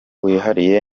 wihariye